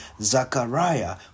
Zachariah